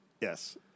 Yes